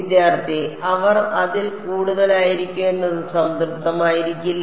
വിദ്യാർത്ഥി അവർ അതിൽ കൂടുതലായിരിക്കും എന്നത് സംതൃപ്തമായിരിക്കില്ല